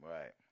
Right